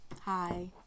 Hi